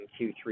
Q3